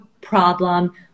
problem